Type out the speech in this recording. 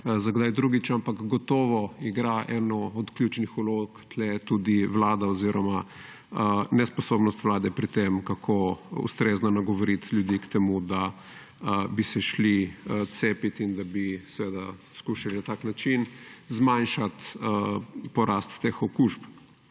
za kdaj drugič, ampak gotovo igra eno od ključnih vlog tukaj tudi Vlada oziroma nesposobnost Vlade pri tem, kako ustrezno nagovoriti ljudi k temu, da bi se šli cepit in da bi skušali na tak način zmanjšati porast teh okužb.